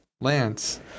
Lance